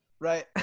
Right